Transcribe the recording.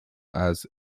ads